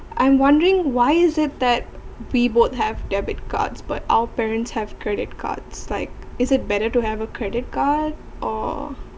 I'm wondering why is it that we both have debit cards but our parents have credit cards like is it better to have a credit card or